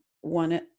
one